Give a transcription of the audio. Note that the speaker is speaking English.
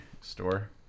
store